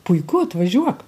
puiku atvažiuok